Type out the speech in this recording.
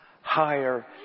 higher